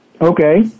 Okay